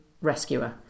rescuer